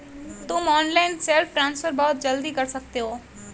तुम online self transfer बहुत जल्दी कर सकते हो